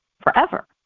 forever